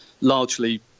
largely